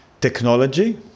technology